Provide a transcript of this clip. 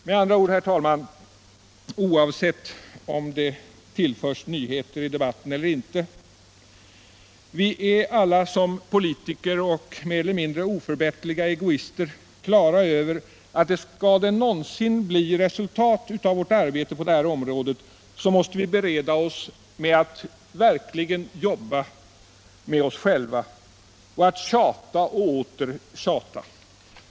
Med andra ord, herr talman: Oavsett om debatten tillförs nyheter eller inte, så är vi alla som politiker och mer eller mindre oförbätterliga egoister klara över att skall det någonsin bli resultat av vårt arbete på det här området måste vi bereda oss på att verkligen jobba med oss själva och att tjata och åter tjata.